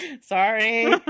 Sorry